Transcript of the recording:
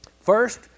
First